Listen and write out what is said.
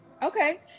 Okay